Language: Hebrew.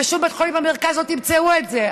בשום בית חולים במרכז לא תמצאו את זה,